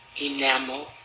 enamel